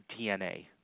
DNA